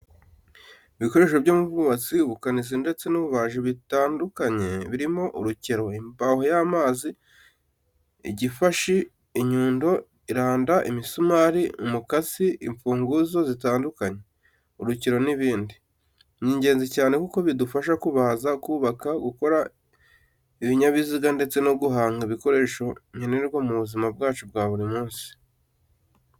Ibikoresho byo mu bwubatsi, ubukanishi ndetse n'iby'ububaji bitandukanye birimo urukero, imbaho y'amazi, igifashi, inyundo, iranda, imisumari, umukasi, imfunguzo zitandukanye, urukero n'ibindi. Ni ingenzi cyane kuko bidufasha kubaza, kubaka, gukora ibinyabiziga ndetse no guhanga ibikoresho nkenerwa mu buzima bwacu buri munsi.